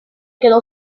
quedó